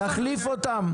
אז תחליף אותם.